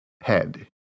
head